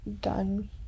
done